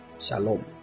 Shalom